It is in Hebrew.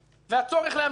והצורך להמשיך,